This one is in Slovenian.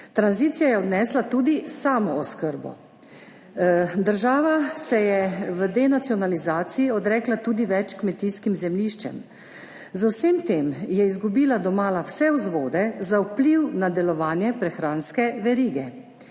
Tranzicija je odnesla tudi samooskrbo. Država se je v denacionalizaciji odrekla tudi več kmetijskim zemljiščem, z vsem tem je izgubila domala vse vzvode za vpliv na delovanje prehranske verige.